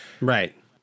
Right